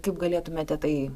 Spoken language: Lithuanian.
kaip galėtumėte tai